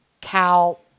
Cal